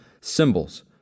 symbols